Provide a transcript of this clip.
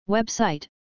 Website